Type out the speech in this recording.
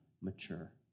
mature